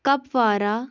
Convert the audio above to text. Kupwara